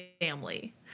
family